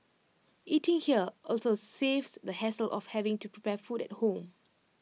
eating here also saves the hassle of having to prepare food at home